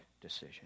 decision